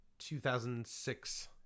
2006